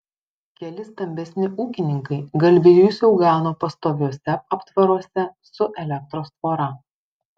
keli stambesni ūkininkai galvijus jau gano pastoviuose aptvaruose su elektros tvora